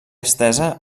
estesa